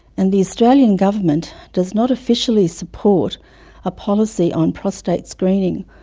and the australian government does not officially support a policy on prostate screening,